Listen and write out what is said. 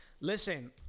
Listen